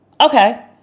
okay